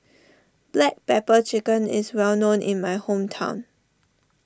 Black Pepper Chicken is well known in my hometown